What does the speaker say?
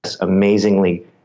amazingly